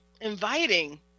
inviting